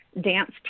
dance